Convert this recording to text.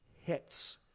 hits